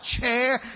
chair